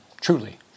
truly